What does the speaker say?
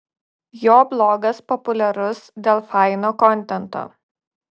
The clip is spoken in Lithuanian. jo blogas populiarus dėl faino kontento